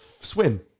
Swim